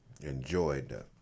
enjoyed